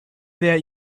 that